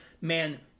man